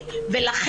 אני מבקשת מאוד לדייק,